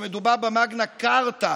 שמדובר במגנה כרטה,